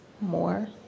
more